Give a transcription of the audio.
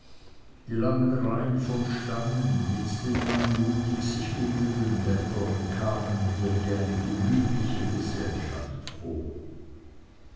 die langen reihen von stangen mit den anmutig sich windenden blättern kamen mir wie eine gemütliche gesellschaft vor